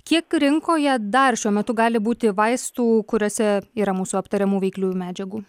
kiek rinkoje dar šiuo metu gali būti vaistų kuriuose yra mūsų aptariamų veikliųjų medžiagų